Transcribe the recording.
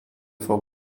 vor